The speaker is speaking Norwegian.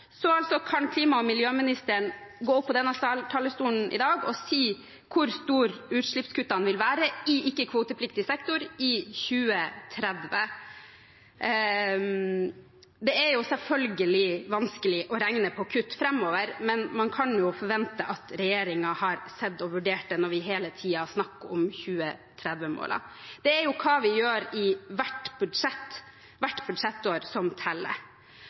Så kan klima- og miljøministeren gå opp på denne talerstolen i dag og si hvor store utslippskuttene vil være i ikke-kvotepliktig sektor i 2030? Det er selvfølgelig vanskelig å regne på kutt framover, men man kan jo forvente at regjeringen har sett på og vurdert det når vi hele tiden snakker om 2030-målene. Det er jo hva vi gjør i hvert budsjettår, som teller.